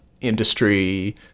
industry